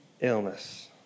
illness